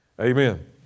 Amen